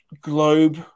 globe